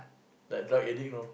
like drug addict know